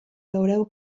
veureu